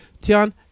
Tian